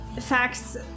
facts